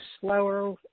slower